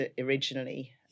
originally